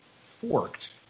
forked